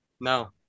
No